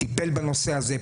טיפל בנושא הזה,